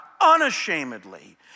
unashamedly